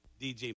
DJ